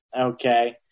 okay